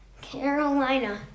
Carolina